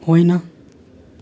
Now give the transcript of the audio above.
होइन